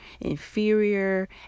inferior